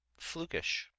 flukish